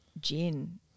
gin